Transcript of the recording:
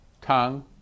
tongue